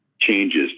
changes